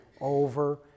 over